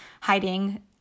hiding